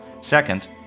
Second